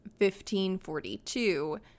1542